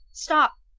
stop!